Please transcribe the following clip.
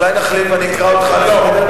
אולי נתחלף ואני אקרא אותך לסדר?